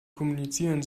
kommunizieren